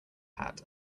hat